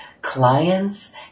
clients